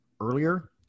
earlier